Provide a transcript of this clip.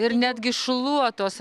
ir netgi šluotos